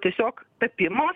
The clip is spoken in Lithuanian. tiesiog tapimo